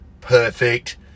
perfect